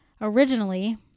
originally